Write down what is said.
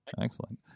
excellent